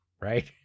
right